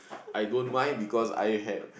I don't mind because I had